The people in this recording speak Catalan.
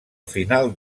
final